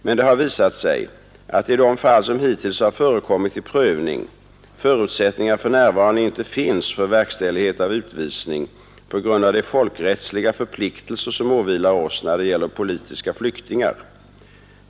Men det har visat sig att i de fall som hittills har förekommit till prövning förutsättningar för närvarande inte finns för verkställighet av utvisning på grund av de folkrättsliga förpliktelser som åvilar oss när det gäller politiska flyktingar.